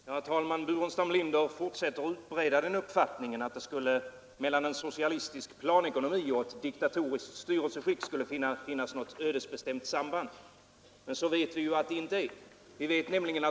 Herr talman! Herr Burenstam Linder fortsätter att utbreda den uppfattningen att det mellan en socialistisk planekonomi och ett diktatoriskt styrelseskick skulle finnas något ödesbestämt samband. Så vet vi ju att det inte är.